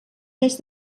més